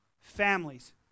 Families